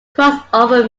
crossover